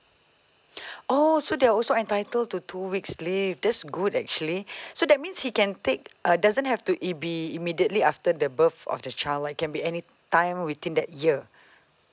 oh so they are also entitled to two weeks leave that's good actually so that means he can take uh doesn't have to i~ be immediately after the birth of the child lah can be anything time within that year